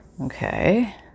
Okay